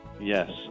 Yes